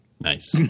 Nice